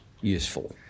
useful